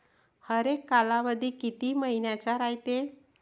हरेक कालावधी किती मइन्याचा रायते?